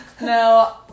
No